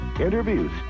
interviews